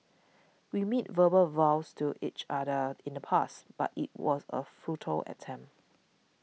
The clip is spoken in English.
we made verbal vows to each other in the past but it was a futile attempt